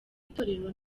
itorero